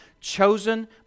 chosen